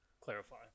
clarify